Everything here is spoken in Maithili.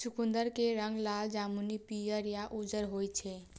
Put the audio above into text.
चुकंदर के रंग लाल, जामुनी, पीयर या उज्जर होइ छै